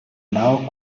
now